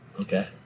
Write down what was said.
okay